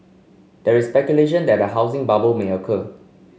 there is speculation that housing bubble may occur